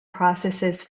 processes